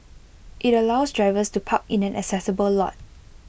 IT allows drivers to park in an accessible lot